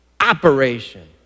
operation